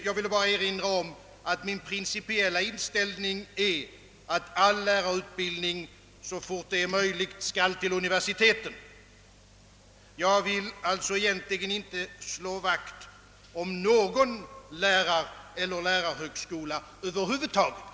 Jag vill bara erinra om att min principiella inställning är, att all lärarutbildning så fort som möjligt bör förläggas till universiteten. Jag vill alltså egentligen inte slå vakt om någon lärarhögskola över huvud taget.